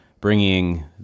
bringing